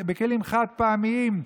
בכלים חד-פעמיים,